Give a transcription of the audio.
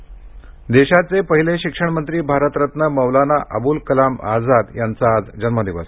शिक्षण दिन देशाचे पहिले शिक्षणमंत्री भारतरत्न मौलाना अबुल कलम आझाद यांचा आज जन्मदिवस